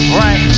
right